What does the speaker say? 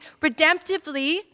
redemptively